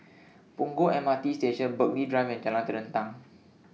Punggol M R T Station Burghley Drive and Jalan Terentang